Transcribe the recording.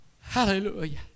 Hallelujah